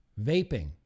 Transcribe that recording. vaping